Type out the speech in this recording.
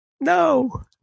No